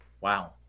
Wow